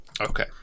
Okay